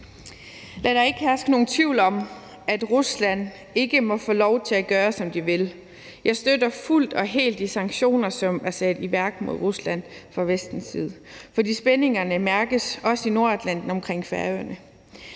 Lad der ikke herske nogen tvivl om, at Rusland ikke må få lov til at gøre, som de vil. Jeg støtter fuldt og helt de sanktioner, som er sat i værk mod Rusland fra Vestens side, for spændingerne mærkes også i Nordatlanten omkring Færøerne.